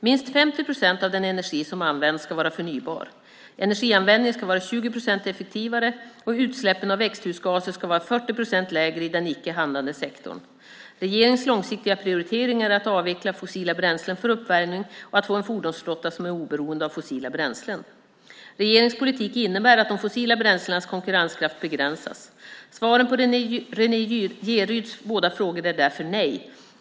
Minst 50 procent av den energi som används ska vara förnybar, energianvändningen ska vara 20 procent effektivare och utsläppen av växthusgaser ska vara 40 procent lägre i den icke handlande sektorn. Regeringens långsiktiga prioritering är att avveckla fossila bränslen för uppvärmning och att få en fordonsflotta som är oberoende av fossila bränslen. Regeringens politik innebär att de fossila bränslenas konkurrenskraft begränsas. Svaren på Renée Jeryds båda frågor är därför nej.